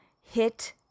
hit